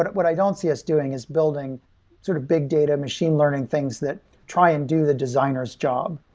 but what i don't see us doing is building sort of big data machine learning things that try and do the designer s job,